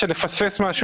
שנפספס משהו,